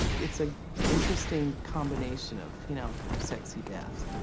it's a interesting combination of, you know, sexy death.